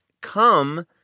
come